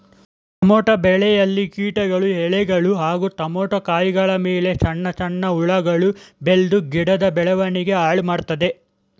tomato ಬೆಳೆಯಲ್ಲಿ ಕೀಟಗಳು ಎಲೆಗಳು ಹಾಗೂ ಟಮೋಟ ಕಾಯಿಗಳಮೇಲೆ ಸಣ್ಣ ಸಣ್ಣ ಹುಳಗಳು ಬೆಳ್ದು ಗಿಡದ ಬೆಳವಣಿಗೆ ಹಾಳುಮಾಡ್ತದೆ